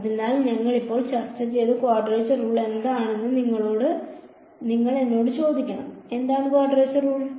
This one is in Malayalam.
അതിനാൽ ഞങ്ങൾ ഇപ്പോൾ ചർച്ച ചെയ്ത ക്വാഡ്രേച്ചർ റൂൾ എന്താണെന്ന് നിങ്ങൾ എന്നോട് ചോദിക്കണം എന്താണ് ക്വാഡ്രേച്ചർ റൂൾ